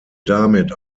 damit